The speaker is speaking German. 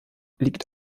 liegt